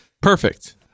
Perfect